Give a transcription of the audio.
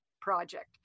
project